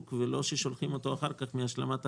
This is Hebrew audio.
ולא ששולחים אותו אחר כך מהשלמת הכנסה.